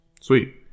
Sweet